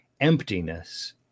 Emptiness